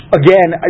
again